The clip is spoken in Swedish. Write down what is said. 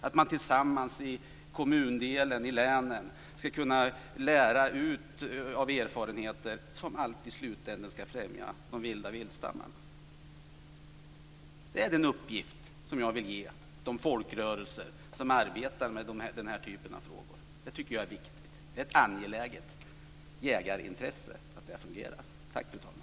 Man kan tillsammans i kommundelarna och ute i länen lära ut sina erfarenheter, allt för att i slutändan främja viltstammarna. Det är den uppgift som jag vill ge de folkrörelser som arbetar med den här typen av frågor. Jag tycker att det är ett angeläget jägarintresse att det här fungerar.